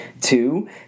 Two